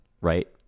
right